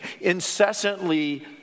incessantly